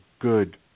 good